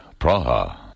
Praha